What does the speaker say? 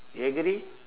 you agree